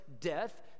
death